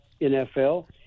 NFL